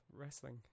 wrestling